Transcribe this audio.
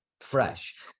fresh